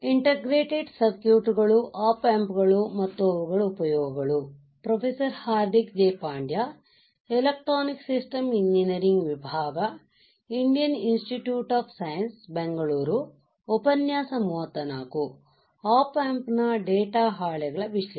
ಈ ಉಪನ್ಯಾಸಕ್ಕೆ ಸ್ವಾಗತ